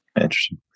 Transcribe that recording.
Interesting